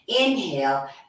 inhale